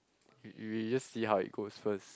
we just see how it goes first